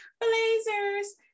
blazers